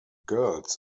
girls